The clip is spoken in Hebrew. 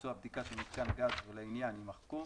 ביצוע בדיקה של מיתקן גז ולעניין" יימחקו.